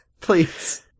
please